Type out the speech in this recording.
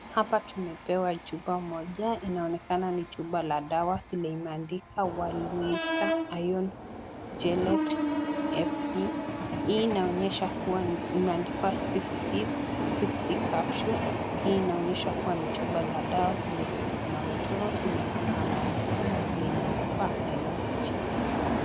Hapa tumepewa chupa moja, inaonekana ni chupa la dawa vile imeandikwa waluita iron chiliet fe , hii inaonyesha kuwa imeandikwa sixty capsules hii inaonyesha kuwa ni chupa la dawa vile iko na mchoro vile iko na maandiko na vile imeandikwa myochiliet.